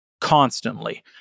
constantly